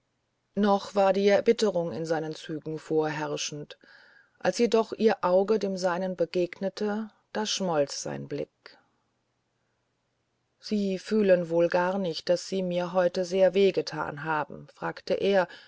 noch war die erbitterung in seinen zügen vorherrschend als jedoch ihr auge dem seinen begegnete da schmolz sein blick sie fühlen wohl gar nicht daß sie mir heute sehr weh gethan haben fragte er